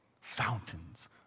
fountains